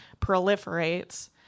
proliferates